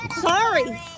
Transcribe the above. sorry